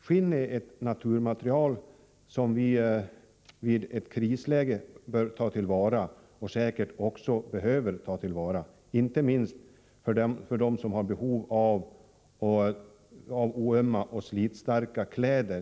Skinn är ett naturmaterial som vi i ett krisläge bör ta till vara och som vi säkert också behöver ta till vara, inte minst med tanke på dem som i sitt arbete har behov av oömma och slitstarka kläder.